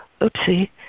oopsie